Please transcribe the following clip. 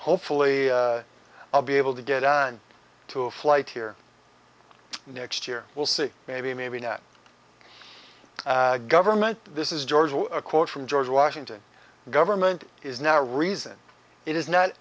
hopefully i'll be able to get on to a flight here next year will see maybe maybe not government this is george a quote from george washington government is now a reason it is not